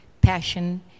passion